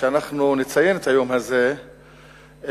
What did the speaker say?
כשנציין את היום הזה,